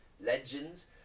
legends